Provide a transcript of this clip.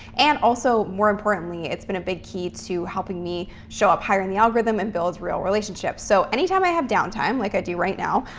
and also, more importantly, it's been a big key to helping me show up higher in the algorithm and build real relationships. so anytime i have downtime, like i do right now,